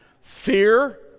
Fear